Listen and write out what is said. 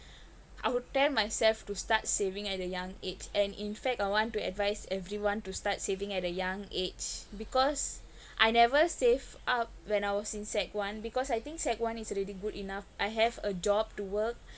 I would tell myself to start saving at a young age and in fact I want to advise everyone to start saving at a young age because I never save up when I was in sec one because I think sec one is already good enough I have a job to work